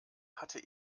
hatte